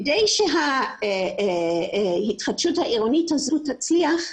כדי שההתחדשות העירונית הזו תצליח,